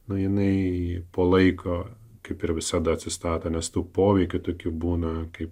nueina į po laiko kaip ir visada atsistato nes tų poveikių tokių būna kaip